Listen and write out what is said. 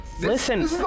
Listen